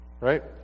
Right